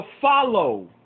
follow